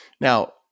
Now